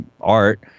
art